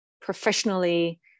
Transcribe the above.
professionally